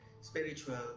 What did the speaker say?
spiritual